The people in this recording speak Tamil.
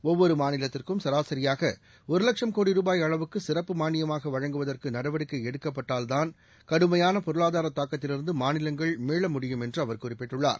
ஒவ்வொரு மாநிலத்திற்கும் சராசரியாக ஒரு லட்சம் கோடி ரூபாய் அளவுக்கு சிறப்பு மானியமாக வழங்குவதற்கு நடவடிக்கை எடுக்கப்பட்டால்தான் கடுமையான பொருளாதார தாக்கத்திலிருந்து மாநிலங்கள் மீளமுடியும் என்று அவர் குறிப்பிட்டுள்ளார்